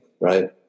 Right